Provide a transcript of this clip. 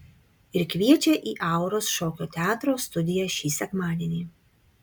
ir kviečia į auros šokio teatro studiją šį sekmadienį